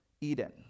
Eden